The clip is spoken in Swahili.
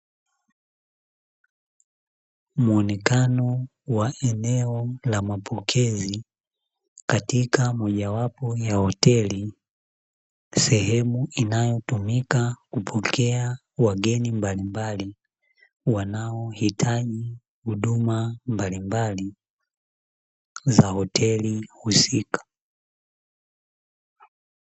Muonekano wa eneo la mapokezi katika mojawapo ya hoteli, sehemu inayotumika kupokea wageni mbalimbali wanaohitaji huduma mbalimbali za hoteli husika.